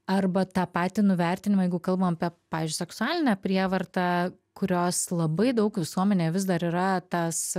arba tą patį nuvertinimą jeigu kalbam apie pavyzdžiui seksualinę prievartą kurios labai daug visuomenėje vis dar yra tas